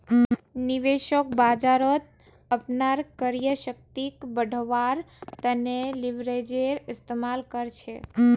निवेशक बाजारत अपनार क्रय शक्तिक बढ़व्वार तने लीवरेजेर इस्तमाल कर छेक